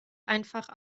einfach